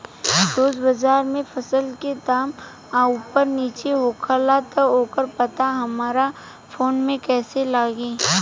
रोज़ बाज़ार मे फसल के दाम ऊपर नीचे होखेला त ओकर पता हमरा फोन मे कैसे लागी?